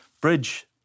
bridge